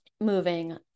moving